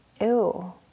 Ew